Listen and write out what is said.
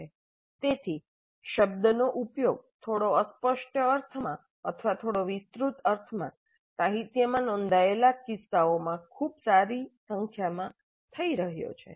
તેથી શબ્દનો ઉપયોગ થોડો અસ્પષ્ટ અર્થમાં અથવા થોડો વિસ્તૃત અર્થમાં સાહિત્યમાં નોંધાયેલા કિસ્સાઓમાં ખૂબ સારી સંખ્યામાં થઈ રહ્યો છે